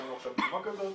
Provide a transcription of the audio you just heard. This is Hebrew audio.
הייתה לנו עכשיו בקשה כזאת,